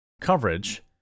coverage